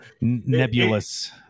nebulous